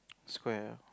square